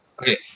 Okay